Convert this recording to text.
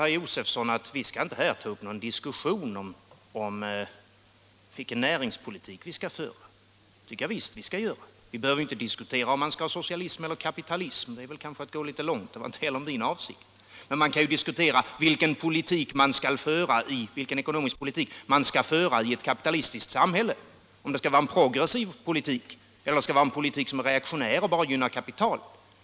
Herr Josefson säger att vi inte skall ta upp någon diskussion om vilken näringspolitik vi skall föra. Det tycker jag visst att vi skall göra. Vi behöver ju inte diskutera om vi skall ha socialism eller kapitalism — det är kanske att gå litet långt; det var inte heller min avsikt. Men vi kan diskutera vilken ekonomisk politik man skall föra i ett kapitalistiskt samhälle — om det skall vara en progressiv politik eller en politik som är reaktionär och bara gynnar kapitalet.